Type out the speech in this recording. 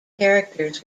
characters